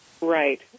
Right